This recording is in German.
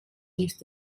ist